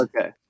Okay